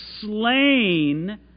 slain